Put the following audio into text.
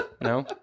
No